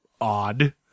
odd